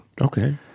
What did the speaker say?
Okay